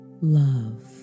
love